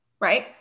Right